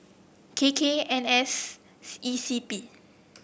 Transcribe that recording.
K K N A S E C P